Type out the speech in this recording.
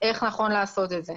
איך נכון לעשות את זה.